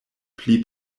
pli